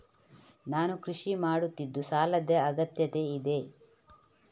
ನಾನು ಕೃಷಿ ಮಾಡುತ್ತಿದ್ದು ಸಾಲದ ಅಗತ್ಯತೆ ಇದೆ?